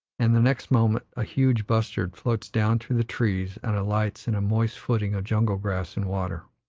and the next moment a huge bustard floats down through the trees and alights in a moist footing of jungle-grass and water.